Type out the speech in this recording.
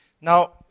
Now